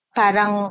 parang